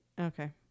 Okay